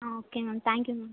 ah okay ma'am thank you ma'am